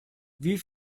wie